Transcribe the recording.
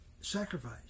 sacrifice